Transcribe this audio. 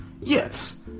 yes